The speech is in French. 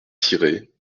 siret